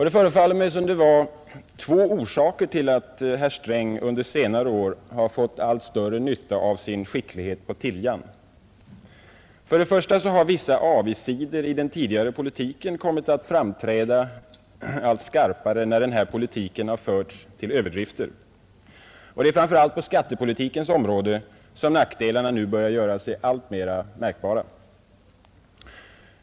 Det förefaller mig finnas två orsaker till att herr Sträng under senare år har fått allt större nytta av sin skicklighet på tiljan. För det första har vissa avigsidor i den tidigare politiken kommit att framträda allt skarpare när denna politik har förts till överdrifter. Det är framför allt på skattepolitikens område som nackdelarna nu börjar göra sig alltmera märkbara.